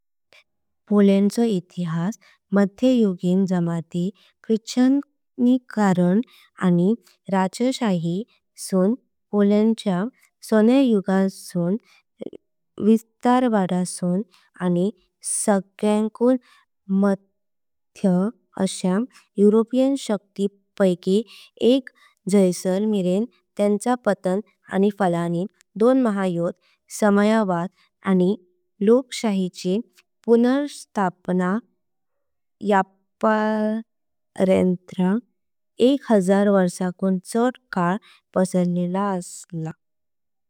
पोलंड चो इतिहास मध्युगीन जमाती ख्रिस्ताणीकरण। आनी राजेशाही सून पोलंड च्या सोनययुग सून। विस्तारवाद सून आनी सगळ्यांकुंम माथ्या अशी। यूरोपियन शक्ती पैकी एक जायसार मरेन त्याचा पतन आनी फलानी। दोन महा योद्ध साम्यवाद आनी लोकशाहीची पुनर्स्थापना। यापर्यंत्र एक हजार वर्ष। कूंम छड काल पसारलेला आसा।